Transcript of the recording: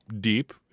deep